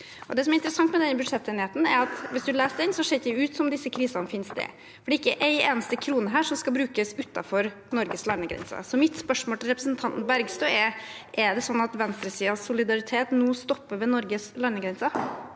Det som er interessant med denne budsjettenigheten, er at hvis man leser den, ser det ikke ut som om disse krisene finner sted. Det er ikke en eneste krone her som skal brukes utenfor Norges landegrenser. Mitt spørsmål til representanten Bergstø er: Er det sånn at venstresidens solidaritet nå stopper ved Norges landegrenser?